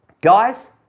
guys